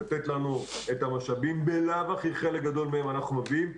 לתת לנו את המשאבים שבלאו הכי חלק גדול מהם אנחנו מביאים,